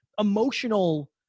emotional